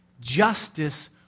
Justice